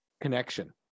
connection